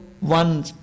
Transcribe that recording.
one